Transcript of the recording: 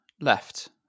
left